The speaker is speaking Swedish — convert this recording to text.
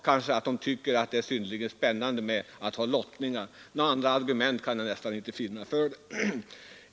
Kanske tycker centerpartiet att det är synnerligen spännande med lottning. Något annat argument kan jag inte finna.